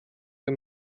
wir